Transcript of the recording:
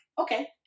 okay